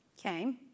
Okay